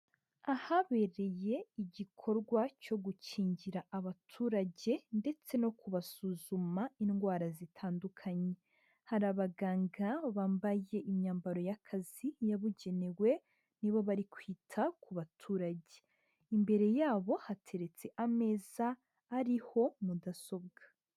Ahabereye igikorwa cyo gukingira abaturage, ndetse no kubasuzuma indwara zitandukanye. Hari abaganga bambaye imyambaro y'akazi yabugenewe, ni bo bari kwita ku baturage. Imbere yabo hateretse ameza, ariho mudasobwa.